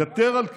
יתר על כן,